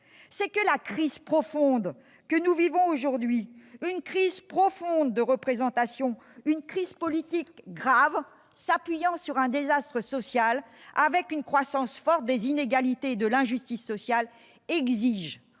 c'est que la crise profonde que nous vivons aujourd'hui, une crise profonde de représentation, une crise politique grave, s'appuyant sur un désastre social, avec une croissance forte des inégalités et de l'injustice sociale, exige